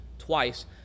twice